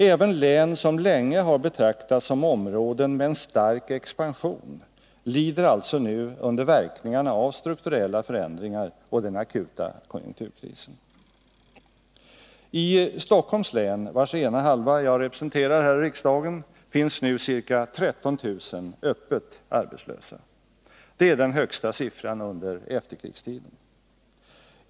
Även län som länge har betraktats som områden med en stark expansion lider alltså nu under verkningarna av strukturella förändringar och av den akuta konjunkturkrisen. I Stockholms län, vars ena halva jag representerar här i riksdagen, finns nu ca 13 000 öppet arbetslösa. Det är den högsta siffran under efterkrigstiden.